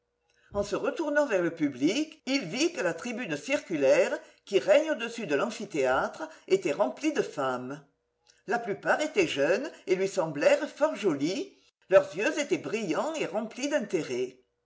en se retournant vers le public il vit que la tribune circulaire qui règne au-dessus de l'amphithéâtre était remplie de femmes la plupart étaient jeunes et lui semblèrent fort jolies leurs yeux étaient brillants et remplis d'intérêt